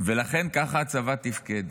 ולכן ככה הצבא תפקד.